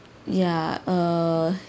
ya err